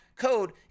Code